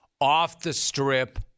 off-the-strip